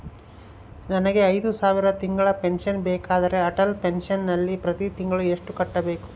ನನಗೆ ಐದು ಸಾವಿರ ತಿಂಗಳ ಪೆನ್ಶನ್ ಬೇಕಾದರೆ ಅಟಲ್ ಪೆನ್ಶನ್ ನಲ್ಲಿ ಪ್ರತಿ ತಿಂಗಳು ಎಷ್ಟು ಕಟ್ಟಬೇಕು?